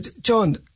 John